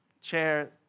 chair